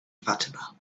fatima